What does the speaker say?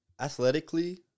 athletically